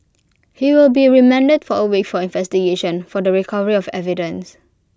he will be remanded for A week for investigation for the recovery of evidence